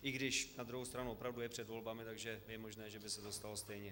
I když na druhou stranu opravdu je před volbami, takže je možné, že by se to stalo stejně.